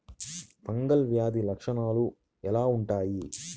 Fungal వ్యాధి లక్షనాలు ఎలా వుంటాయి?